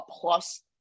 plus